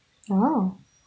oh